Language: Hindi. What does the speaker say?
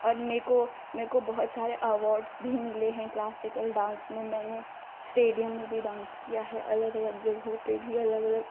और मुझको मुझको बहुत सारे अवॉड्र्स भी मिले हैं क्लासिकल डान्स में मैंने स्टेडियम में भी डान्स किया है अलग अलग जगहों पर भी अलग अलग